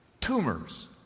tumors